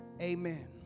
amen